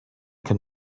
can